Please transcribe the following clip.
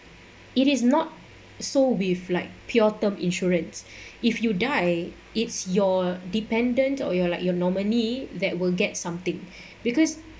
it is not so with like pure term insurance if you die it's your dependent or your like your nominee that will get something because